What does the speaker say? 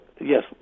yes